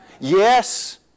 Yes